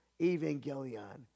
Evangelion